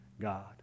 God